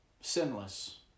sinless